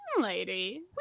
lady